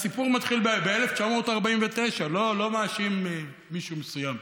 הסיפור מתחיל ב-1949, לא מאשים מישהו מסוים.